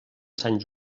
sant